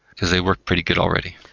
because they work pretty good already.